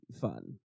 fun